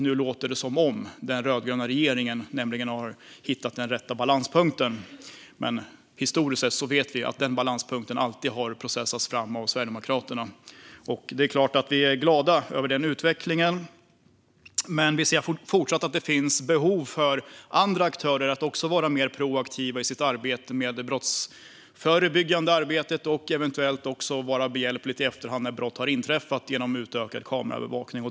Nu låter det som om den rödgröna regeringen har hittat den rätta balanspunkten, men historiskt sett vet vi att den balanspunkten alltid har processats fram av Sverigedemokraterna. Det är klart att vi är glada över den utvecklingen, men vi ser fortsatt ett behov av att andra aktörer är mer proaktiva i sitt brottsförebyggande arbete och eventuellt också behjälpliga i efterhand när brott har inträffat genom utökad kamerabevakning.